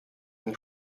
than